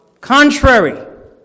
Contrary